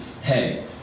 hey